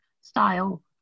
style